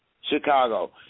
Chicago